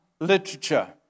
Literature